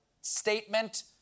statement